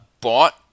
bought